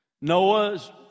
Noah's